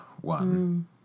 one